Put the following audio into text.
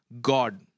God